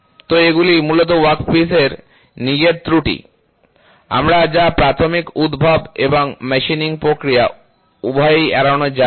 তো এগুলি মূলত ওয়ার্কপিসে নিজেই ত্রুটি আমরা যা প্রাথমিক উদ্ভব এবং মেশিনিং প্রক্রিয়া উভয়ই এড়ানো যায় না